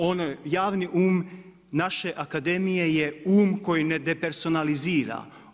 Ovaj javni um naše akademije je um koji ne depersonalizira.